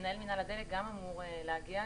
מנהל מינהל הדלק גם אמור להגיע.